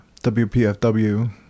WPFW